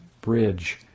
bridge